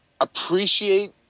appreciate